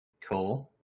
Cool